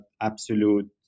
absolute